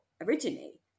originally